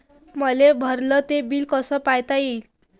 मले भरल ते बिल कस पायता येईन?